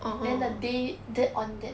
then the day that on that